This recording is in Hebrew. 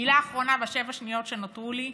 מילה אחרונה בשבע השניות שנותרו לי: